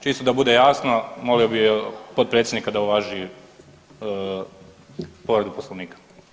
Čisto da bude jasno, molio bi potpredsjednika da uvaži povredu Poslovnika.